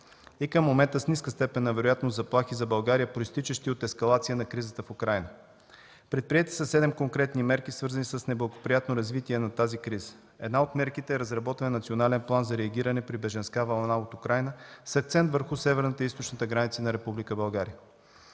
и към момента с ниска степен на вероятност заплахи за България, произтичащи от ескалацията на кризата в Украйна. Предприети са седем конкретни мерки, свързани с неблагоприятно развитие на тази криза. Една от мерките е разработване на Национален план за реагиране при бежанска вълна от Украйна с акцент върху северната и източната граница на Република